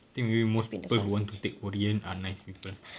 I think maybe most people who want to take korean are nice people